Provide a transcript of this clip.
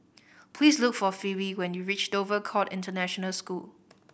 please look for Phebe when you reach Dover Court International School